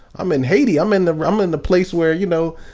i'm in haiti, i'm in the um and the place where, you know,